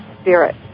spirit